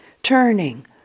turning